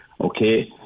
Okay